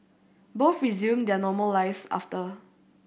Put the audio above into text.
both resumed their normal lives after